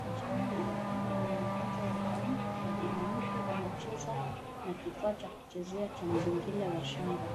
Kijana mdogo mwenye ugonjwa wa Down na mwanamke wanacheza na kifaa cha kuchezea cha muzingila wa shanga.